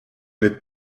n’êtes